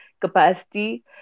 capacity